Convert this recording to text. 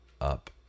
up